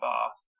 Bath